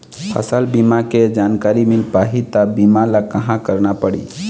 फसल बीमा के जानकारी मिल पाही ता बीमा ला कहां करना पढ़ी?